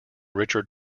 richard